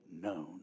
known